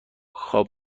خواب